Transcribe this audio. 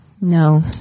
No